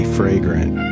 fragrant